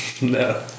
No